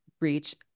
reach